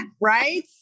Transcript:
right